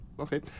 Okay